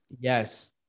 Yes